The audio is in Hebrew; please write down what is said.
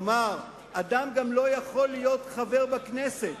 כלומר, אדם לא יכול להיות חבר בכנסת